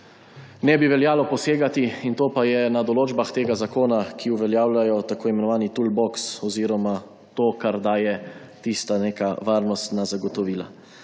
ne bi veljalo posegati, to pa je na določbe tega zakona, ki uveljavljajo tako imenovani tool box oziroma kar daje neka varnostna zagotovila.